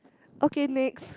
okay next